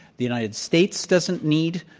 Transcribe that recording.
the united states doesn't need